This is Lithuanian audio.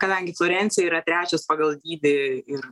kadangi florencija yra trečias pagal dydį ir